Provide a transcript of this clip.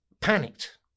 panicked